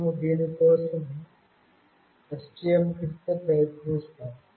మేము దీనిని STM కిట్తో ప్రయత్నిస్తాము